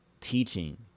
teaching